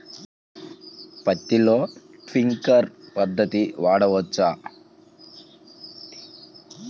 పత్తిలో ట్వింక్లర్ పద్ధతి వాడవచ్చా?